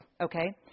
Okay